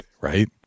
right